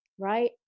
right